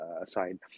aside